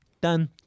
Done